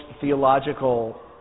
theological